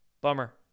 Bummer